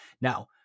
Now